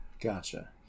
Gotcha